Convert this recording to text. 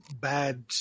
bad